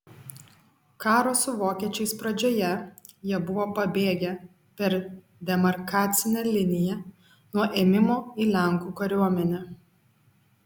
karo su vokiečiais pradžioje jie buvo pabėgę per demarkacinę liniją nuo ėmimo į lenkų kariuomenę